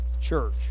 church